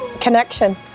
connection